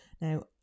Now